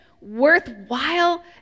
worthwhile